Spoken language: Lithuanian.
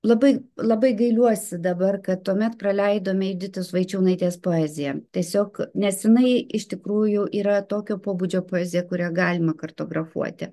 labai labai gailiuosi dabar kad tuomet praleidome juditos vaičiūnaitės poeziją tiesiog nes jinai iš tikrųjų yra tokio pobūdžio poezija kurią galima kartografuoti